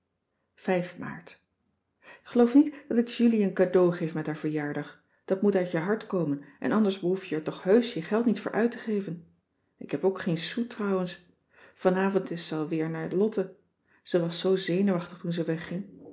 maart k geloof niet dat ik julie een cadeau geef met haar verjaardag dat moet uit je hart komen en anders behoef je er toch heusch je geld niet voor uit te geven ik heb ook geen sou trouwens vanavond is ze alweer naar lotte ze was zoo zenuwachtig toen ze wegging